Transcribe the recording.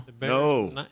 No